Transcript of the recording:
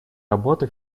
работа